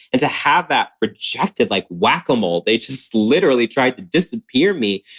and to have that projected like whack-a-mole. they just literally tried to disappear me.